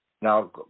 now